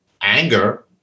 anger